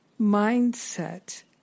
mindset